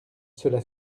cela